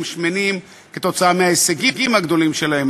שמנים כתוצאה מההישגים הגדולים שלהם,